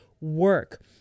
work